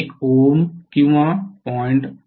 १ ohm किंवा ०